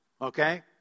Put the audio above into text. okay